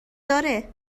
داره